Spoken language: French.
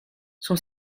son